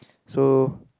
so